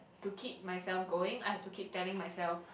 to keep myself going I have to keep telling myself